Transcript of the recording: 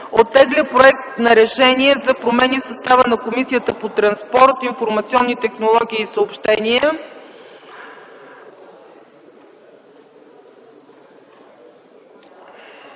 оттегля проект за Решение за промени в състава на Комисията по транспорт, информационни технологии и съобщения.